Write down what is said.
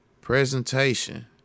presentation